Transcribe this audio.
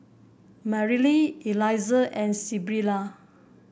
Mareli Eliza and Sybilla